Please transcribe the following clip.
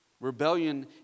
Rebellion